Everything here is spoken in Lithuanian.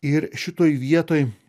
ir šitoj vietoj